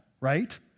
right